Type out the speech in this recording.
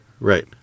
Right